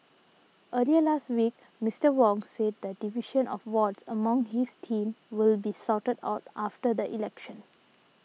earlier last week Mister Wong said the division of wards among his team will be sorted out after the election